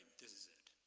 this is it.